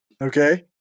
Okay